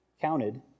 counted